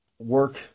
work